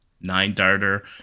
nine-darter